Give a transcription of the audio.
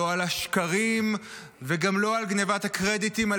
לא על השקרים וגם לא על גנבת הקרדיטים על